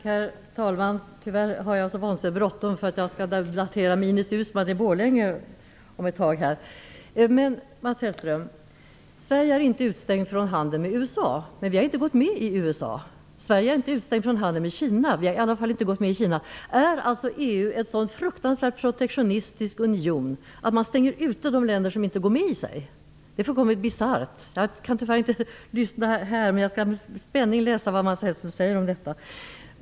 Herr talman! Jag har nu tyvärr mycket bråttom, eftersom jag snart skall debattera med Ines Uusmann i Men, Mats Hellström, Sverige är inte utestängt från handel med USA, och vi har ändå inte gått med i USA. Sverige är inte heller utestängt från handel med Kina, men vi har ändå inte anslutit oss till Kina. Är EU en så fruktansvärt protektionistisk union att den stänger ute de länder som inte går med i den? Det är fullständigt bisarrt. Jag kan tyvärr inte här lyssna på det som Mats har att säga om detta, men jag skall med spänning läsa det i protokollet.